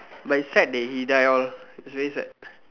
but is sad that he die all is very sad